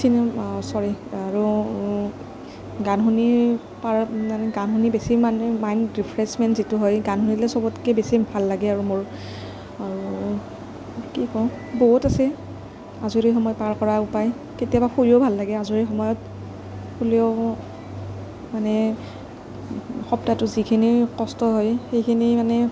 চিনে চ'ৰি আৰু গান শুনি পাৰাত মানে গান শুনি বেছি মানে মাইণ্ড ৰিফ্ৰেচমেণ্ট যিটো হয় গান শুনিলে সবতকৈ বেছি ভাল লাগে আৰু মোৰ আৰু কি কওঁ বহুত আছে আজৰি সময় পাৰ কৰা উপায় কেতিয়াবা শুয়ো ভাল লাগে আজৰি সময়ত শুলেও মানে সপ্তাহটোত যিখিনি কষ্ট হয় সেইখিনি মানে